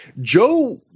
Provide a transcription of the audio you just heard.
Joe –